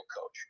coach